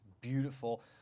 beautiful